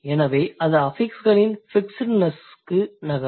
எனவே அது அஃபிக்ஸ்களின் ஃபிக்ஸ்டுனஸ் க்கு நகரும்